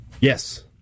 Yes